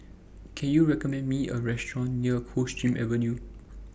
Can YOU recommend Me A Restaurant near Coldstream Avenue